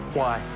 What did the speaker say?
why,